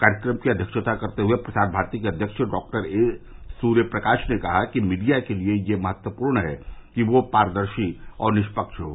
कार्यक्रम की अध्यक्षता करते हुए प्रसार भारती के अध्यक्ष डॉ ए सूर्य प्रकाश ने कहा कि मीडिया के लिए यह महत्वपूर्ण है कि वह पारदर्शी और निष्पक्ष हो